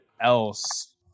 else